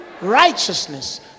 righteousness